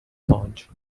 pond